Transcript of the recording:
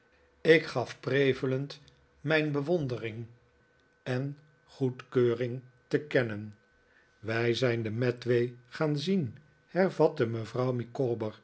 ik gaf prevelend mijn be wondering en goedkeuring te kennen wij zijn de medway gaan zien hervatte mevrouw